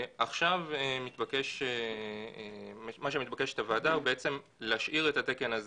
מה שמתבקשת הוועדה עכשיו הוא בעצם להשאיר את התקן הזה